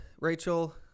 Rachel